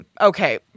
okay